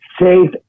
safe